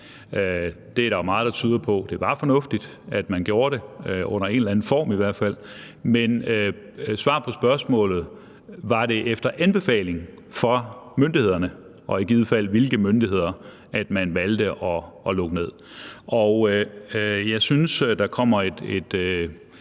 Der er jo meget, der tyder på, at det var fornuftigt, at man gjorde det – i hvert fald under en eller anden form. Men vi vil gerne have svar på spørgsmålet: Var det efter anbefaling fra myndighederne og i givet fald hvilke myndigheder, at man valgte at lukke ned? Jeg synes, at der kommer et